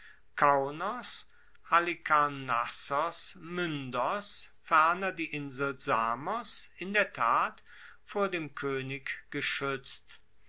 halikarnassos myndos ferner die insel samos in der tat vor dem koenig geschuetzt